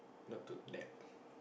not to nap